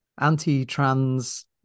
anti-trans